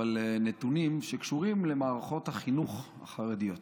אבל נתונים שקשורים למערכות החינוך החרדיות.